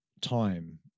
time